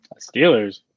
Steelers